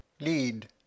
Lead